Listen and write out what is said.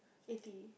eighty